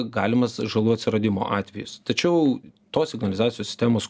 galimas žalų atsiradimo atvejis tačiau tos signalizacijos sistemos